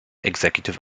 executive